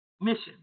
mission